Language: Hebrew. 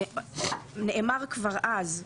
נאמר כבר אז,